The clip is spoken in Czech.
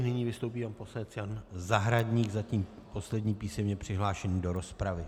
Nyní vystoupí pan poslanec Jan Zahradník, zatím poslední písemně přihlášený do rozpravy.